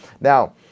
Now